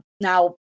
Now